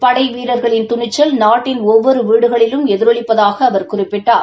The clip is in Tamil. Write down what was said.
படை வீரர்களின் துணிச்சல் நாட்டின் ஒவ்வொரு வீடுகளிலும் எதிரொலிப்பதாக அவர் குறிப்பிட்டார்